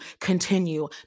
continue